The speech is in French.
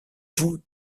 vous